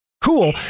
cool